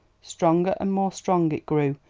stronger and more strong it grew,